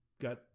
got